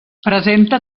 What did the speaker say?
presenta